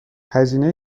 هزینه